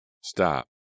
Stop